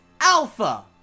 alpha